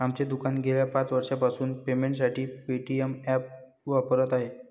आमचे दुकान गेल्या पाच वर्षांपासून पेमेंटसाठी पेटीएम ॲप वापरत आहे